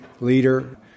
leader